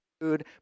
food